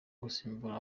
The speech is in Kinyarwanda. gusimbura